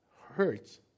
hurts